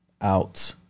out